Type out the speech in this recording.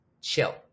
chill